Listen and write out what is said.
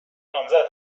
نامزد